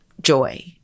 joy